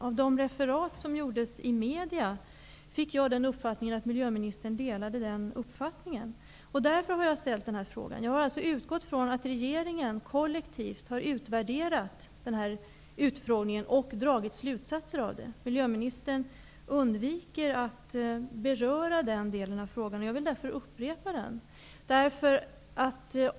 Av de referat som gjordes i media fick jag intrycket att miljöministern delade den uppfattningen. Det är därför jag har ställt denna fråga. Jag har utgått ifrån att regeringen kollektivt har utvärderat utfrågningen och dragit slutsatser av den. Eftersom miljöministern undviker att beröra den delen av frågan vill jag upprepa den.